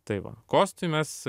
tai va kostui mes